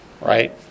Right